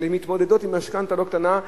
שמתמודדות עם משכנתה לא קטנה,